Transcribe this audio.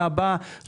לכן,